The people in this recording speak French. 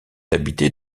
habitée